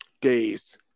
days